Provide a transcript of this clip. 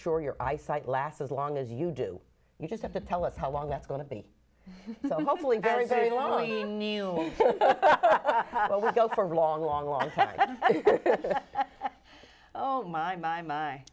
sure your eyesight lasts as long as you do you just have to tell us how long that's going to be hopefully very very little mean you go for a long long long oh my my my